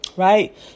Right